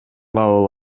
кабыл